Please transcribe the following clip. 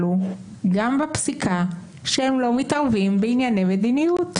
הוא גם בפסיקה שהם לא מתערבים בענייני מדיניות.